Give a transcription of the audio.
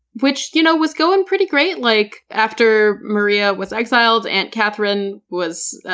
which you know, was going pretty great. like after maria was exiled and catherine was,